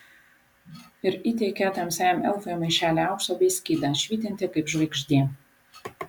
ir įteikė tamsiajam elfui maišelį aukso bei skydą švytintį kaip žvaigždė